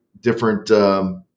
different